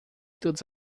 todas